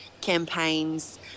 campaigns